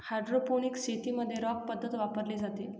hydroponics शेतीमध्ये rock पद्धत वापरली जाते